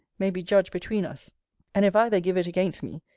may be judge between us and if either give it against me,